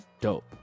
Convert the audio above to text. dope